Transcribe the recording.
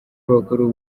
bakuru